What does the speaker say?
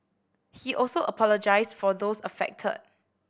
he also apologised for those affected